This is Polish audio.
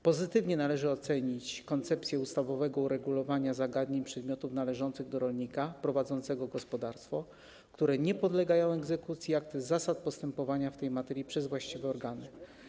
Pozytywnie należy ocenić koncepcję ustawowego uregulowania zagadnień przedmiotów należących do rolnika prowadzącego gospodarstwo, które nie podlegają egzekucji, jak też zasad postępowania w tej materii przez właściwe organy.